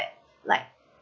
that like